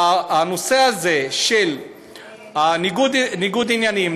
הנושא הזה של ניגוד העניינים,